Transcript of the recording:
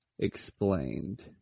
Explained